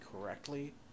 correctly